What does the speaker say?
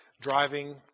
driving